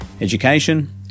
education